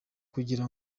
kugira